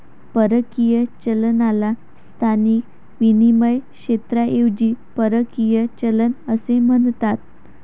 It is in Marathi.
परकीय चलनाला स्थानिक विनिमय क्षेत्राऐवजी परकीय चलन असे म्हणतात